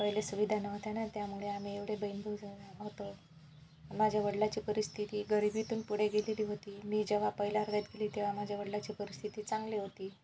पहिले सुविधा नव्हत्या ना त्यामुळे आम्ही एवढे बहिण भाऊ झा होतो माझ्या वडीलाची परिस्थिती गरिबीतून पुढे गेलेली होती मी जेव्हा पहिल्या वर्गात गेली तेव्हा माझ्या वडीलाची परिस्थिती चांगली होती